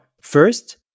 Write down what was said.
first